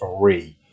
three